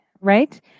right